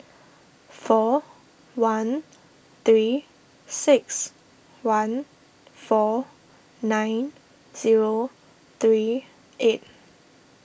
four one three six one four nine zero three eight